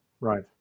Right